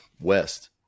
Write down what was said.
West